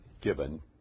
given